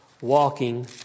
walking